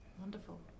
Wonderful